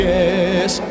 Yes